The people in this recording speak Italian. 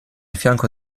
fianco